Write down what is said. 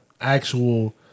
Actual